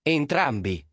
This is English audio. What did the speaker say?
entrambi